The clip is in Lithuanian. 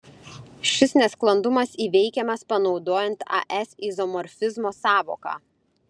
šis nesklandumas įveikiamas panaudojant as izomorfizmo sąvoką